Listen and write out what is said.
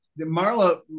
Marla